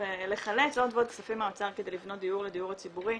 ולחלץ עוד ועוד כספים מהאוצר כדי לבנות דיור לדיור הציבורי.